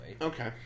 Okay